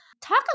Talk